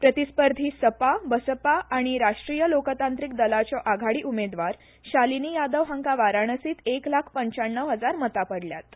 प्रतिस्पर्धी सपा बसपा आनी राष्ट्रीय लोकतांत्रिक दलाच्यो आघाडी उमेदवार शालिनी यादव हांका वाराणसीत एक लाख पंच्चयाण्णव हजार मतां पडल्यात